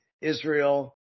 Israel